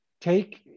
take